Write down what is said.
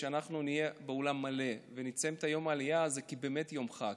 אנחנו נהיה באולם מלא ונציין את יום העלייה הזה באמת כיום חג,